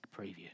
preview